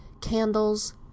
candles